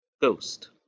Ghost